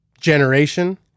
generation